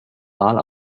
all